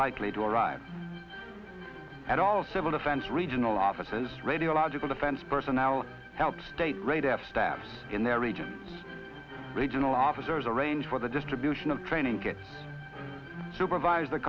likely to arrive at all civil defense regional offices radiological defense personnel help state radar staff in their region regional officers arrange for the distribution of training kit supervise the